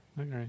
Okay